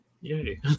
Yay